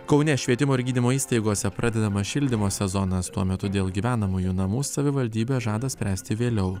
kaune švietimo ir gydymo įstaigose pradedamas šildymo sezonas tuo metu dėl gyvenamųjų namų savivaldybė žada spręsti vėliau